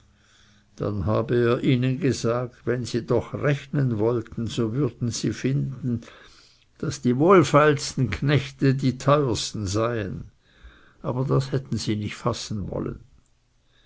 dann habe er ihnen gesagt wenn sie doch rechnen wollten so würden sie finden daß die wohlfeilsten knechte die teursten seien aber das hätten sie nicht fassen wollen